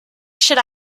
should